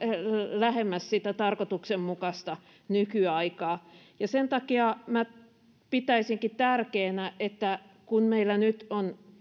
lähemmäs sitä tarkoituksenmukaista nykyaikaa ja sen takia minä pitäisinkin tärkeänä että kun meillä nyt on